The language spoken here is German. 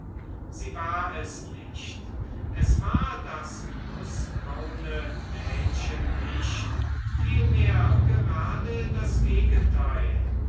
sie war es nicht es war das nußbraune mädchen nicht vielmehr gerade das gegenteil